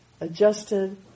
adjusted